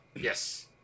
yes